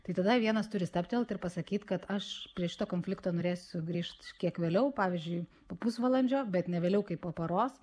tai tada vienas turi stabtelt ir pasakyti kad aš prie šito konflikto norėsiu sugrįžt kiek vėliau pavyzdžiui po pusvalandžio bet ne vėliau kaip po paros